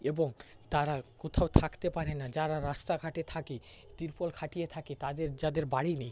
এবং তারা কোথাও থাকতে পারে না যারা রাস্তাঘাটে থাকে ত্রিপল খাটিয়ে থাকে তাদের যাদের বাড়ি নেই